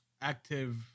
active